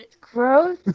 gross